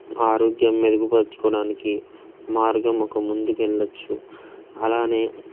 ఆరోగ్యం మెరుగుపర్చుకోడానికి మార్గం ఒక ముందుకెళ్ళచ్చు అలానే